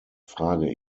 frage